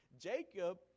Jacob